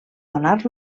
donar